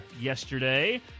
yesterday